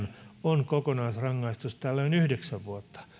on kokonaisrangaistus tällöin yhdeksän vuotta